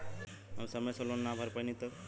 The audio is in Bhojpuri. हम समय से लोन ना भर पईनी तब?